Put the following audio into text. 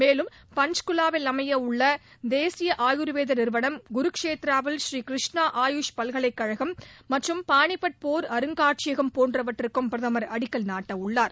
மேலும் பஞ்ச்குவாவில் அமைய உள்ள தேசிய ஆயுர்வேத நிறுவனம் குருக்ஷேத்ராவில் ஸ்ரீகிருஷ்ணா ஆயுஷ் பல்கலைக் கழகம் மற்றும் பாளிபட் போர் அருங்காட்சியகம் போன்றவற்றிற்கும் பிரதமர் அடிக்கல் நாட்ட உள்ளார்